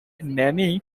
nanny